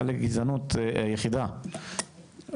היחידה לגזענות,